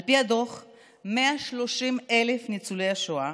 על פי הדוח, 130,000 ניצולי השואה